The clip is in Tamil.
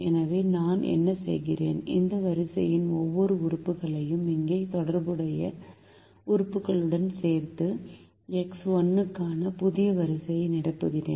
எனவே நான் என்ன செய்கிறேன் இந்த வரிசையின் ஒவ்வொரு உறுப்புகளையும் இங்கே தொடர்புடைய உறுப்புடன் சேர்த்து எக்ஸ் 1 க்கான புதிய வரிசையை நிரப்புகிறேன்